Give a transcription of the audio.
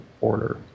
order